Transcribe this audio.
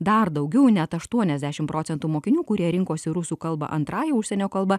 dar daugiau net aštuoniasdešim procentų mokinių kurie rinkosi rusų kalbą antrąja užsienio kalba